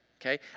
Okay